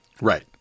Right